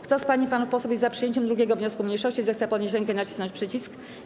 Kto z pań i panów posłów jest za przyjęciem 2. wniosku mniejszości, zechce podnieść rękę i nacisnąć przycisk.